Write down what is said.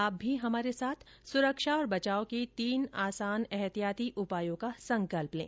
आप भी हमारे साथ सुरक्षा और बचाव के तीन आसान एहतियाती उपायों का संकल्प लें